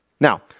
Now